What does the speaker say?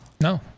No